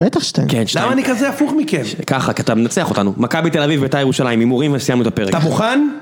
בטח שתיים. כן, שתיים. למה אני כזה הפוך מכם? ככה, כי אתה מנצח אותנו. מכבי תל אביב-בית"ר ירושלים, הימורים וסיימנו את הפרק. אתה מוכן?